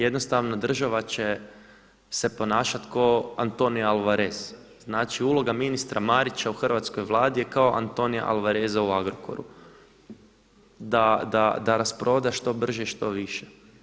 Jednostavno država će se ponašati kao Antonio Alvarez, znači uloga ministra Marića u hrvatskoj Vladi je kao Antonia Alvareza u Agrokoru, da rasproda što brže i što više.